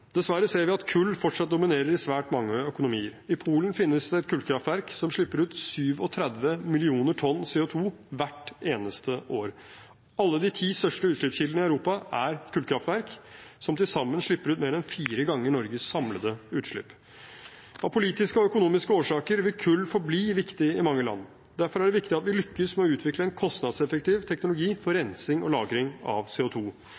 Dessverre ser vi at kull fortsatt dominerer i svært mange økonomier. I Polen finnes det kullkraftverk som slipper ut 37 millioner tonn CO2 hvert eneste år. Alle de ti største utslippskildene i Europa er kullkraftverk, som til sammen slipper ut mer enn fire ganger Norges samlede utslipp. Av politiske og økonomiske årsaker vil kull forbli viktig i mange land. Derfor er det viktig at vi lykkes med å utvikle en kostnadseffektiv teknologi for rensing og lagring av